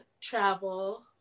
travel